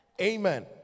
Amen